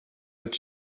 would